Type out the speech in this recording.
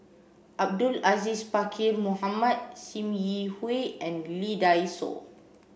Abdul Aziz Pakkeer Mohamed Sim Yi Hui and Lee Dai Soh